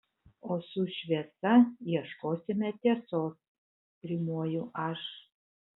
o su šviesa ieškosime tiesos rimuoju aš